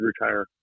retire